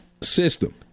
system